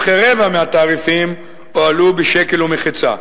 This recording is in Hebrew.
וכרבע מהתעריפים הועלו בשקל ומחצה.